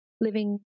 living